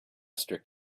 strict